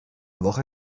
woche